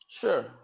Sure